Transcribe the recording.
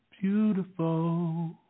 beautiful